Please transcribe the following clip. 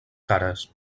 cares